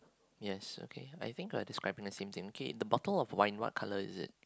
yes okay I think we're describing the same thing okay the bottle of wine what colour is it